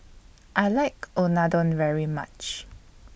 I like Unadon very much